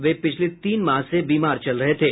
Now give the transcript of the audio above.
वे पिछले तीन माह से बीमार चल रहे थे